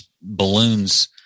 balloons